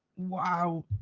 wow,